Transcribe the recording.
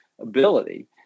ability